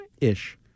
Ish